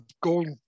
gold